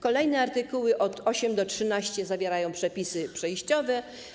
Kolejne artykuły, art. 8-13, zawierają przepisy przejściowe.